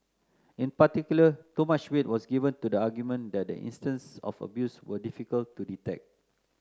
in particular too much weight was given to the argument that the instances of abuse were difficult to detect